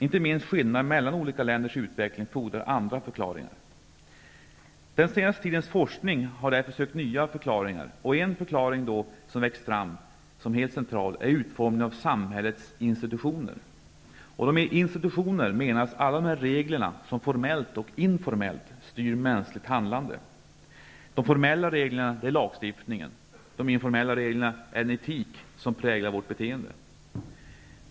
Inte minst skillnaden mellan olika länders utveckling fordrar andra förklaringar. Den senaste tidens forskning har därför sökt nya förklaringar, och en förklaring som växt fram som helt central gäller utformningen av samhällets institutioner. Med institutioner menas alla de regler som formellt och informellt styr mänskligt handlande. De formella reglerna är lagstiftningen. De informella reglerna är den etik som präglar vårt beteende.